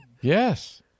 Yes